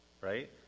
right